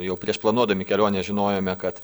jau prieš planuodami kelionę žinojome kad